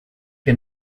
que